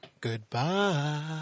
Goodbye